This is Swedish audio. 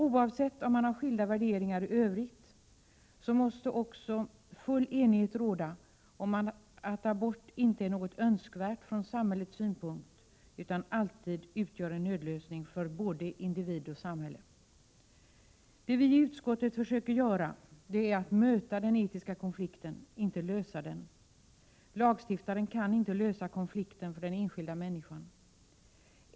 Oavsett om man har skilda värderingar i övrigt måste också full enighet råda om att abort inte är något önskvärt från samhällets synpunkt utan alltid utgör en nödlösning för både individ och samhälle. Det vi i utskottet försöker göra är att möta den etiska konflikten, inte lösa den. Lagstiftaren kan inte lösa konflikten för den enskilda människan.